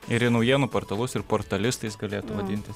ir į naujienų portalus ir portalistais galėtų vadintis